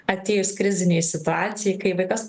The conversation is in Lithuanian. atėjus krizinei situacijai kai vaikas